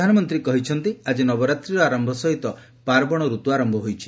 ପ୍ରଧାନମନ୍ତ୍ରୀ କହିଛନ୍ତି ଆକି ନବରାତ୍ରିର ଆରମ୍ଭ ସହିତ ପାର୍ବଣରତୁ ଆରମ୍ଭ ହୋଇଛି